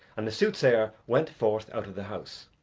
and the soothsayer went forth out of the house,